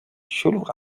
شلوغ